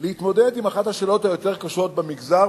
להתמודד עם אחת השאלות היותר-קשות במגזר,